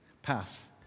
path